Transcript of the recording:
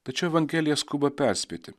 tačiau evangelija skuba perspėti